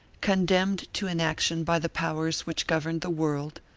condemned to inaction by the powers which governed the world,